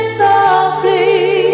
softly